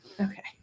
Okay